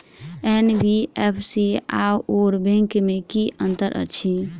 NBFC आओर bank मे की अंतर अछि?